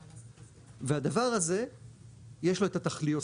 והדבר הזה יש לו את התחליות.